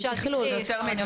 אפילו לי יש מה ללמוד מזה.